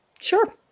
Sure